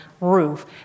roof